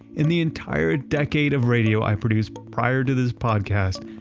in the entire decade of radio, i produced prior to this podcast.